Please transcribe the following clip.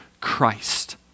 Christ